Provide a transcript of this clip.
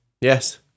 yes